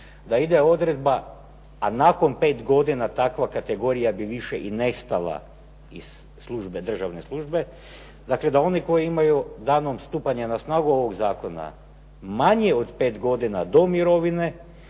da ide odredba. A nakon pet godina takva kategorija bi više i nestala iz službe državne službe, dakle da oni koji imaju danom stupanja na snagu ovog zakona manje od pet godina do mirovine,